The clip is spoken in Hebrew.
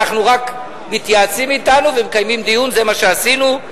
רק מתייעצים אתנו ומקיימים דיון, וזה מה שעשינו.